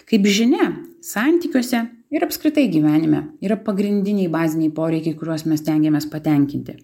kaip žinia santykiuose ir apskritai gyvenime yra pagrindiniai baziniai poreikiai kuriuos mes stengiamės patenkinti